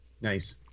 Nice